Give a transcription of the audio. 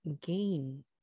gain